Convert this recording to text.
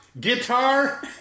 guitar